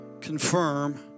confirm